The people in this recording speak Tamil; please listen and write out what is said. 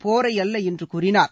போரை அல்ல என்று கூறினார்